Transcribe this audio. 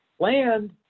land